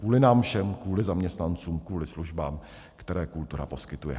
Kvůli nám všem, kvůli zaměstnancům, kvůli službám, které kultura poskytuje.